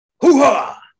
Hoo-ha